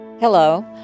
Hello